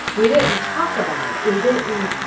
we didn't talk about it. we didn't,